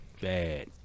bad